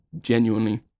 Genuinely